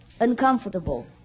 uncomfortable